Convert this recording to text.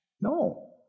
No